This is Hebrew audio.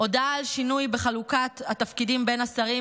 הודעה על שינוי בחלוקת התפקידים בין השרים